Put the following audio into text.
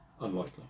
Unlikely